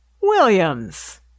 Williams